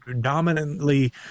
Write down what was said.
dominantly